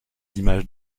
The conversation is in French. images